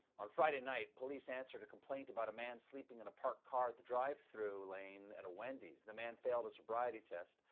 on friday night, police answered a complaint about a man sleeping in a parked car in the drive-thru lane at a wendy's. the man failed a sobriety test,